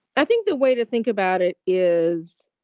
i think the way to think about it is,